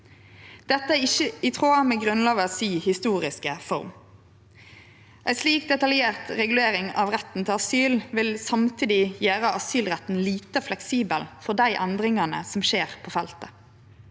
Dette er ikkje i tråd med Grunnlova si historiske form. Ei slik detaljert regulering av retten til asyl vil samtidig gjere asylretten lite fleksibel for dei endringane som skjer på feltet.